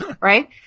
right